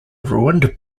ruined